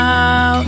Now